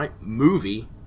movie